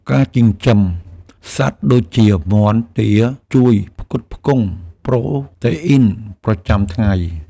ការចិញ្ចឹមសត្វដូចជា មាន់ ទា ជួយផ្គត់ផ្គង់ប្រូតេអ៊ីនប្រចាំថ្ងៃ។